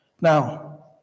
Now